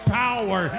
power